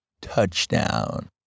touchdown